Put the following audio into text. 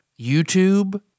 YouTube